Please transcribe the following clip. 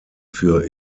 für